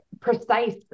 precise